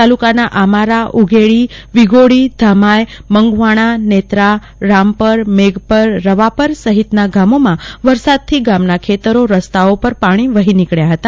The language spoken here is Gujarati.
તાલુકાના આમારા ઉગેડી વિગોડી ધામાય મંગવાણા નેત્રા રામપર મેઘપર રવાપર સહિતના ગામોમાં વરસાદથી ગામના ખેતરો રસ્તાઓ પર પાણી વહી નીકળ્યા હતા